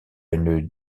une